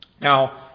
Now